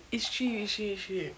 it's cheap it's cheap it's cheap